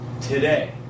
today